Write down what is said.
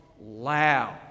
loud